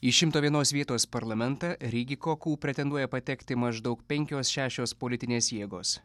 iš šimto vienos vietos į parlamentą rygi koku pretenduoja patekti maždaug penkios šešios politinės jėgos